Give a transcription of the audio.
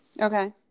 Okay